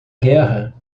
guerra